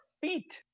feet